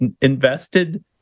invested